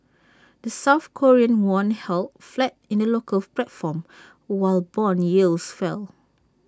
the south Korean won held flat in the local platform while Bond yields fell